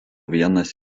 vienas